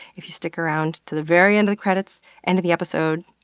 if you stick around to the very end of the credits, end of the episode,